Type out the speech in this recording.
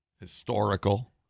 Historical